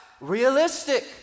realistic